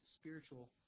spiritual